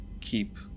keep